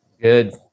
Good